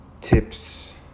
tips